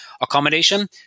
accommodation